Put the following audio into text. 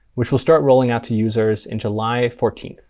which we'll start rolling out to users in july fourteen.